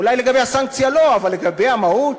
אולי לגבי הסנקציה לא, אבל לגבי המהות?